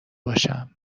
باشم